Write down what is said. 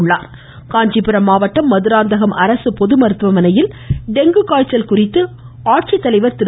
டெங்குட காஞ்சிபுரம் காஞ்சிபுரம் மாவட்டம் மதுராந்தகம் அரசு பொது மருத்துவமனையில் டெங்கு காய்ச்சல் குறித்து ஆட்சித்தலைவர் திரு